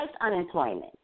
unemployment